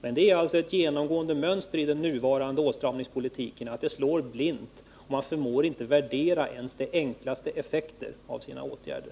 Men det är ett genomgående mönster i den nuvarande åtstramningspolitiken att indragningarna slår blint — man förmår inte värdera ens de enklaste effekter av sina åtgärder.